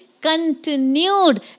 continued